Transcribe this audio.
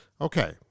Okay